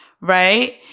right